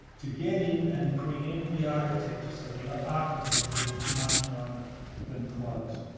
to get in and preempt the architecture so the architecture is much more open than closed.